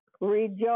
Rejoice